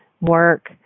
work